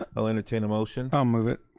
ah i'll entertain a motion. i'll move it.